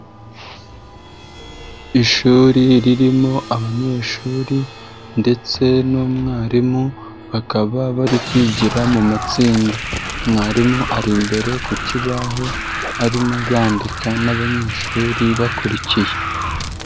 Ishuri ririmo abanyeshuri ndetse n'umwarimu bakaba bari kwigira mu matsinda, mwarimu ari imbere ku kibaho arimo yandika n'abanyeshuri bakurikiye.